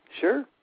Sure